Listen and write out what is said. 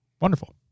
Wonderful